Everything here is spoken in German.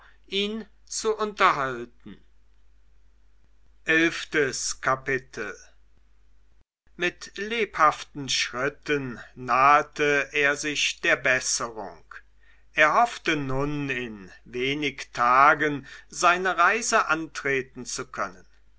ihn zu unterhalten eilftes kapitel mit lebhaften schritten nahete er sich der besserung er hoffte nun in wenig tagen seine reise antreten zu können